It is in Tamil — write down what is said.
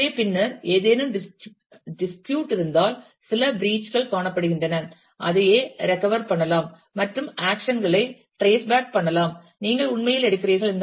எனவே பின்னர் ஏதேனும் டிஸ்பியூட் இருந்தால் சில பிரீச் கள் காணப்படுகின்றன அதையே ரெக்கவர் பண்ணலாம் மற்றும் ஆக்சன் களை டிரேஸ் பேக் பண்ணலாம் நீங்கள் உண்மையில் எடுக்கிறீர்கள்